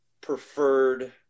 preferred